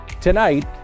Tonight